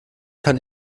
kann